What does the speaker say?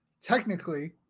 technically